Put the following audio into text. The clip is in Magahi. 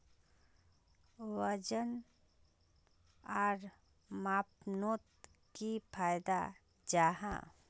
वजन आर मापनोत की फायदा जाहा?